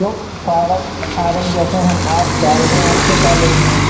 तो सारा फारम जैसे हम आज डाल रहे हैं आपके कॉलेज में